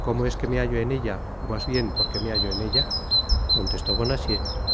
como es que me hallo en ella ó mas bien porque me hallo en ella contestó